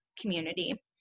community